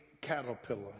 caterpillar